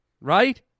Right